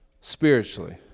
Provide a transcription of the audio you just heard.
spiritually